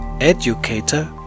educator